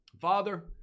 Father